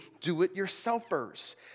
do-it-yourselfers